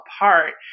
apart